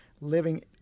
living